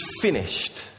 finished